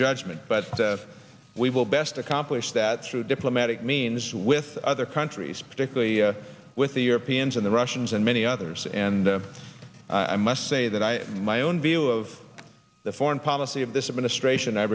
judgment but we will best accomplish that through diplomatic means with other countries particularly with the europeans and the russians and many others and i must say that i my own view of the foreign policy of this administration i